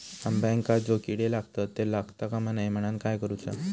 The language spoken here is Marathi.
अंब्यांका जो किडे लागतत ते लागता कमा नये म्हनाण काय करूचा?